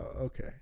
okay